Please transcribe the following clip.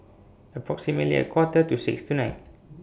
approximately A Quarter to six tonight